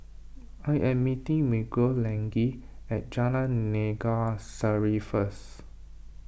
I am meeting Miguelangel at Jalan Naga Sari first